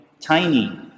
tiny